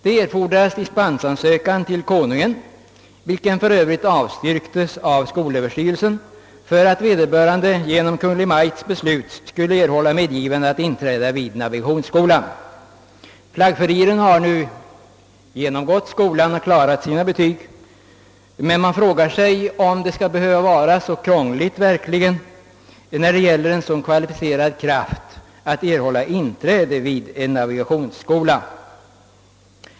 Det erfordrades dispensansökan till Konungen, vilken för Övrigt avstyrktes av skolöverstyrelsen, för att vederbörande genom Kungl. Maj:ts beslut skulle erhålla medgivande att inträda vid navigationsskolan. Flaggfuriren har nu genomgått skolan och klarat sina betyg, men man frågar sig om det verkligen skall behöva vara så krångligt för en sådan kvalificerad kraft att få inträde vid en navigationsskola.